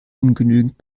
ungenügend